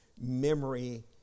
memory